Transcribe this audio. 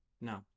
No